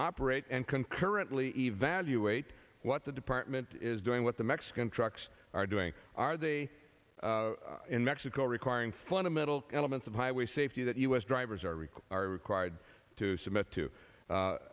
operate and concurrently evaluate what the department is doing what the mexican trucks are doing are they in mexico requiring fundamental elements of highway safety that u s drivers are we are required to submit to